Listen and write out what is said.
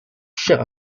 chère